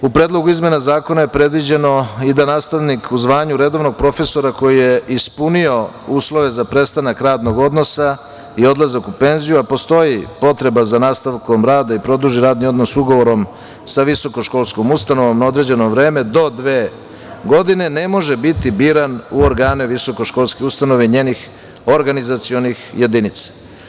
U predlogu izmena zakona je predviđeno i da nastavnik u zvanju redovnog profesora koji je ispunio uslove za prestanak radnog odnosa i odlazak u penziju, a postoji potreba za nastavkom rada i produži radni odnos ugovorom sa visokoškolskom ustanovom na određeno vreme do dve godine, ne može biti biran u organe visokoškolske ustanove i njenih organizacionih jedinica.